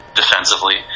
defensively